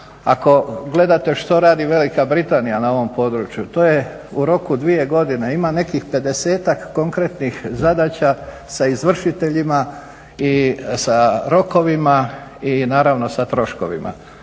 Ako gledate što radi Velika Britanija na ovom području to je u roku dvije godine ima nekih 50-ak konkretnih zadaća sa izvršiteljima i sa rokovima i sa troškovima.